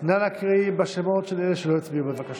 נא להקריא את שמות אלה שלא הצביעו, בבקשה.